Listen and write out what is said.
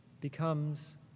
becomes